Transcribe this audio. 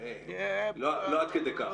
לא עד כדי כך.